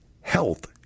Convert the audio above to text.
health